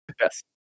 Yes